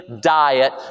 diet